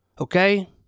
Okay